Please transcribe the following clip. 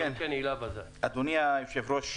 אדוני היושב-ראש,